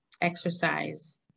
Exercise